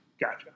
Gotcha